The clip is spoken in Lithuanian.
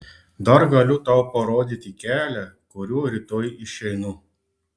dar galiu tau parodyti kelią kuriuo rytoj išeinu